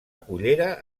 cullera